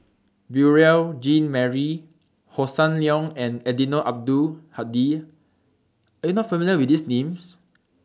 Beurel Jean Marie Hossan Leong and Eddino Abdul Hadi Are YOU not familiar with These Names